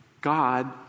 God